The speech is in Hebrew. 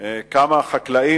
עד כמה החקלאים,